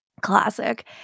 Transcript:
Classic